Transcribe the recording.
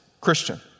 Christian